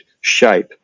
shape